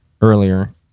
earlier